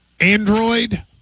Android